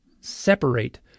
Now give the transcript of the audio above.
separate